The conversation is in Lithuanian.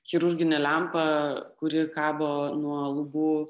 chirurginė lempa kuri kabo nuo lubų